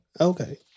Okay